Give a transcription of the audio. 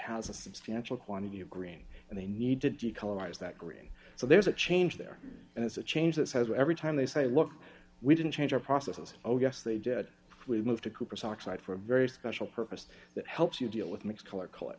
has a substantial quantity of green and they need to d colors that green so there's a change there and it's a change that has every time they say look we didn't change our processes oh yes they did we've moved to cooper's oxide for a very special purpose that helps you deal with mix color col